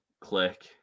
click